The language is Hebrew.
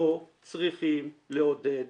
לא צריכים לעודד